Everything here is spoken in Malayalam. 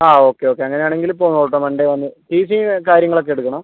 ആ ഓക്കെ ഓക്കെ അങ്ങനെ ആണെങ്കിൽ ഇപ്പോൾ നോക്കട്ടെ മൺഡേ വന്ന് ടി സിയും കാര്യങ്ങൾ ഒക്കെ എടുക്കണം